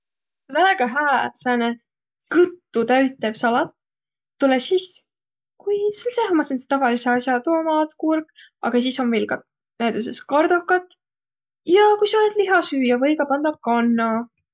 Väega hää sääne kõttutäütev salat tulõ sis, ku sääl seeh ommaq sääntseq tavalidsõq as'aq, tomat, kurk, aga sis om viil ka näütüses kardohkat, ja ku sa olõt lihasüüjä, või ka pandaq kanna.